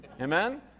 Amen